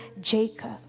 Jacob